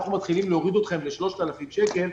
אנחנו מתחילים להוריד אתכם ל-3,000 שקל,